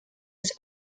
his